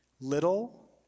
Little